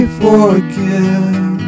forgive